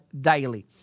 daily